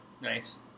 nice